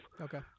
Okay